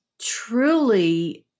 truly